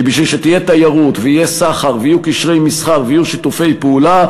כי בשביל שתהיה תיירות ויהיה סחר ויהיו קשרי מסחר ויהיו שיתופי פעולה,